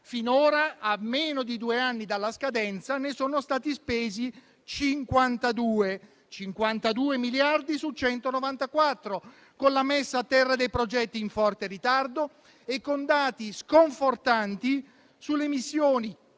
finora, a meno di due anni dalla scadenza, ne sono stati spesi 52: 52 miliardi su 194, con la messa a terra dei progetti in forte ritardo e con dati sconfortanti sulle missioni